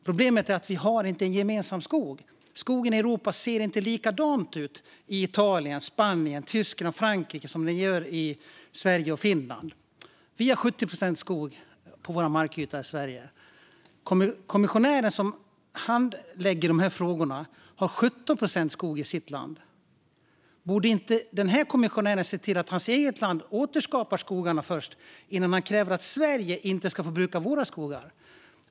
Problemet är att vi inte har en gemensam skog. Skogen ser inte likadan ut i Europa. Den ser inte likadan ut i Italien, Spanien, Tyskland eller Frankrike som den gör i Sverige och Finland. 70 procent av Sveriges markyta är skog. Kommissionären som handlägger de här frågorna kommer från ett land där man har 17 procent skog. Borde inte den kommissionären först se till att hans eget land återskapar skogarna innan han kräver att vi i Sverige inte ska få bruka våra skogar?